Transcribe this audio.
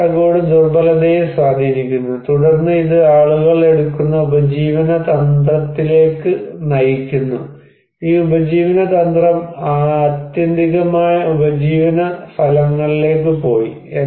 ഈ ചട്ടക്കൂട് ദുർബലതയെയും സ്വാധീനിക്കുന്നു തുടർന്ന് ഇത് ആളുകൾ എടുക്കുന്ന ഉപജീവന തന്ത്രത്തിലേക്ക് നയിക്കുന്നു ഈ ഉപജീവന തന്ത്രം ആത്യന്തികമായി ഉപജീവന ഫലങ്ങളിലേക്ക് പോയി